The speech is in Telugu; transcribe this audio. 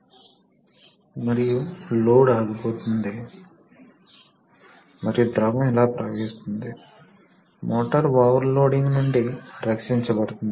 భాగాలు పటిష్టంగా అమర్చకపోతే అన్ని చోట్ల ద్రవం బయటకు పోతుంది అందువల్ల ఫ్రిక్షన్ ఉంది మరియు అది వేడిని సృష్టించచడం వంటి చాలా సమస్యలను సృష్టించబోతోంది అది ఎనర్జీ ని వృథా చేస్తుంది మరియు అది భాగాలను దెబ్బతీస్తుంది